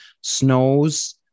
snows